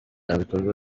ibikorwa